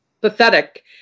pathetic